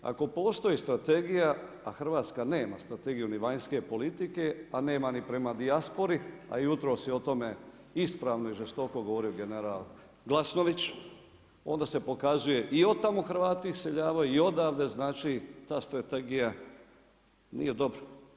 Ako postoji strategija, a Hrvatska nema strategiju, ni vanjske politike, a nema ni prema dijaspori, a jutros je o tome, ispravno i žestoko govorio general Glasnović, onda se pokazuje i od tamo Hrvati iseljavaju i odavde, znači ta strategija nije dobra.